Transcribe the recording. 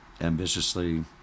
Ambitiously